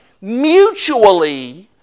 mutually